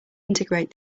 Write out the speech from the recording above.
integrate